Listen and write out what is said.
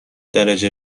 درجه